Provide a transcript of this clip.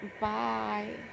Bye